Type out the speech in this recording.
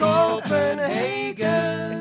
Copenhagen